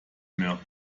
mehr